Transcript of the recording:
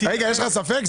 רגע, יש לך ספק?